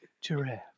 Giraffe